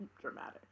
dramatic